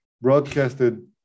broadcasted